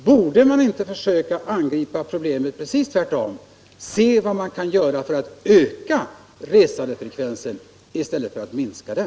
Borde man inte försöka angripa problemet på precis motsatt sätt — se vad man kan göra för att öka resandefrekvensen i stället för att minska den?